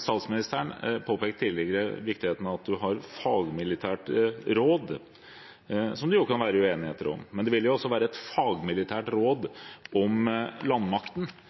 Statsministeren påpekte tidligere viktigheten av at en har fagmilitært råd, som det jo kan være uenighet om, men det vil også være et fagmilitært råd om landmakten.